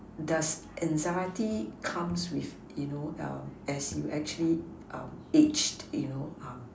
does anxiety comes with you know as you actually age you know